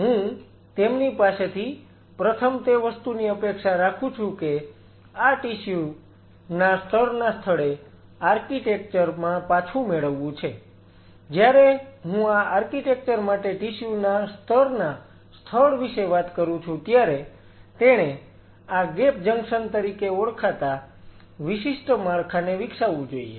હું તેમની પાસેથી પ્રથમ તે વસ્તુની અપેક્ષા રાખું છું કે આ ટિશ્યુ ના સ્તરના સ્થળને આર્કિટેક્ચર માં પાછું મેળવવું છે જ્યારે હું આર્કિટેક્ચર માટે ટિશ્યુ ના સ્તરના સ્થળ વિશે વાત કરું છું ત્યારે તેણે આ ગેપ જંકશન તરીકે ઓળખાતા વિશિષ્ટ માળખાને વિકસાવવું જોઈએ